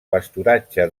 pasturatge